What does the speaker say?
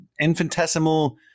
infinitesimal